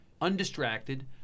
undistracted